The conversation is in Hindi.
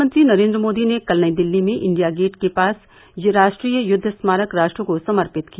प्रधानमंत्री नरेन्द्र मोदी ने कल नई दिल्ली में इंडिया गेट के पास राष्ट्रीययुद्व स्मारक राष्ट्र को समर्पित किया